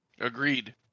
Agreed